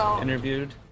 interviewed